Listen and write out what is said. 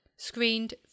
screened